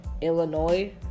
Illinois